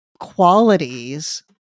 qualities